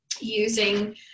using